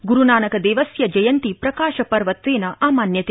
ग्रुनानकदेवस्य जयन्ती प्रकाशपर्वत्वेन आमान्यते